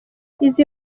izi